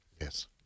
Yes